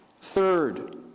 Third